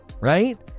Right